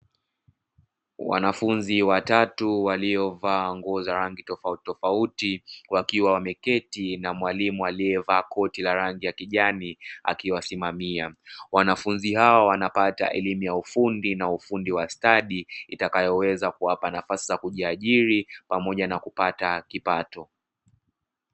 Wanafunzi watatu waliovaa nguo za rangi tofautitofauti, Wakiwa wameketi na mwalimu aliyevaa koti la rangi ya kijani akiwasimamia. Wanafunzi hao wanapata elimu ya ufundi na ufundi stadi itakayoweza kupata nafasi za kujiajiri pamoja na kupata kipato.